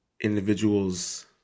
individuals